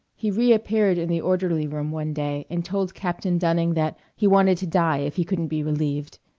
he reappeared in the orderly room one day and told captain dunning that he wanted to die if he couldn't be relieved.